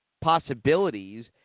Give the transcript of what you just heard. possibilities